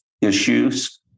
issues